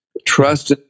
trust